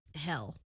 hell